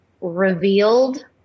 revealed